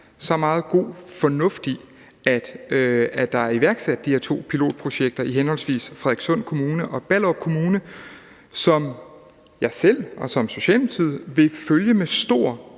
så meget god fornuft i, at der er iværksat de her to pilotprojekter i henholdsvis Frederikssund Kommune og Ballerup Kommune, som jeg selv og som Socialdemokratiet vil følge med stor